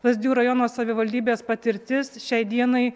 lazdijų rajono savivaldybės patirtis šiai dienai